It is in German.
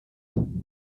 haben